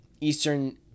eastern